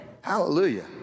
Hallelujah